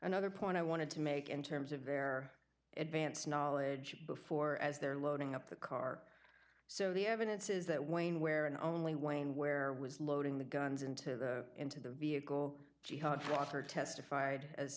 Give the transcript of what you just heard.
another point i wanted to make in terms of their advance knowledge before as they're loading up the car so the evidence is that when where and only when where was loading the guns into the into the vehicle she had walker testified